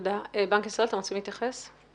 בנק ישראל, אתם רוצים להתייחס?